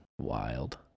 Wild